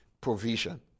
provision